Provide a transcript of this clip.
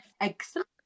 excellent